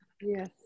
yes